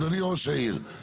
אדוני ראש העיר,